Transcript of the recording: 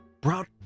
brought